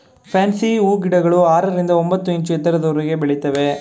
fancy ಹೂಗಿಡಗಳು ಆರರಿಂದ ಒಂಬತ್ತು ಇಂಚು ಎತ್ತರದವರೆಗೆ ಬೆಳಿತವೆ